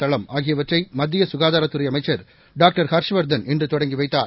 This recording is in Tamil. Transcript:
தளம் ஆகியவற்றை மத்திய கஙதாரத்துறை அமைச்சர் டாக்டர் ஹர்ஷ்வர்தன் இன்று தொடங்கி வைத்தார்